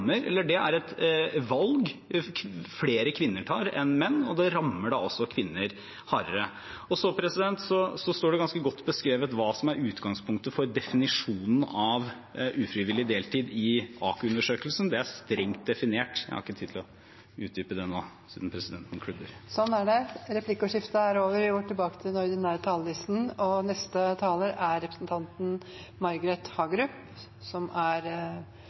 da også kvinner hardere. Det står ganske godt beskrevet i AKU-undersøkelsen hva som er utgangspunktet for definisjonen av ufrivillig deltid. Det er strengt definert. Jeg har ikke tid til å utdype det nå, siden presidenten klubber. Replikkordskiftet er over. Jeg vil benytte anledningen til å takke for en god debatt. Jeg var også saksordfører for denne saken da vi hadde den i forrige runde. Det er en viktig debatt, som